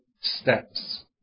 steps